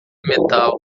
metal